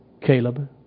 Caleb